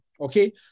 okay